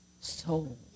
soul